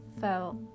felt